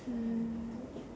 mm